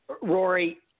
Rory